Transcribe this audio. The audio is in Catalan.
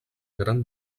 gran